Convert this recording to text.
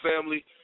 family